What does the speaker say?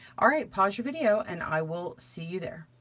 all right, pause your video, and i will see you there.